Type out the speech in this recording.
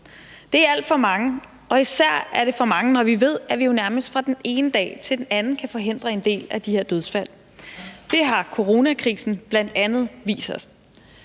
Det er alt for mange, og især er det for mange, når vi ved, at vi jo nærmest fra den ene dag til den anden kan forhindre en del af de her dødsfald. Det har coronakrisen bl.a. vist os.